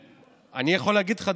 אני יכול להגיד לך,